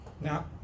now